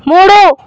మూడు